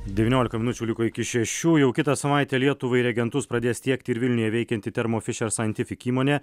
devyniolika minučių liko iki šešių jau kitą savaitę lietuvai reagentus pradės tiekti ir vilniuje veikianti thermo fisher scientific įmonė